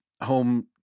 home –